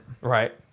Right